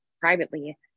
privately